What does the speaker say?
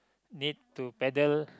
need to paddle